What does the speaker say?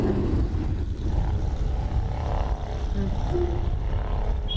हुँ हुँ